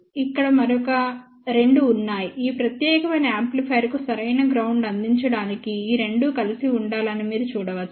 ఇక్కడ మరొక రెండు ఉన్నాయి ఈ ప్రత్యేకమైన యాంప్లిఫైయర్కు సరైన గ్రౌండింగ్ అందించడానికి ఈ రెండు కలిసి ఉండాలి అని మీరు చూడవచ్చు